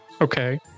okay